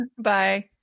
Bye